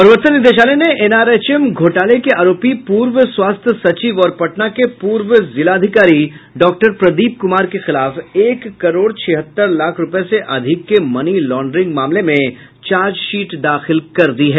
प्रवर्तन निदेशालय ने एनआरएचएम घोटाले के आरोपी पूर्व स्वास्थ्य सचिव और पटना के पूर्व जिलाधिकारी डॉक्टर प्रदीप कुमार के खिलाफ एक करोड़ छिहत्तर लाख रूपये से अधिक के मनी लाँड्रिंग मामले में चार्जशीट दाखिल कर दिया है